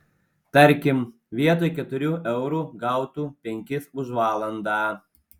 tarkim vietoj keturių eurų gautų penkis už valandą